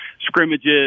scrimmages